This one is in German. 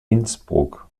innsbruck